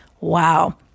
Wow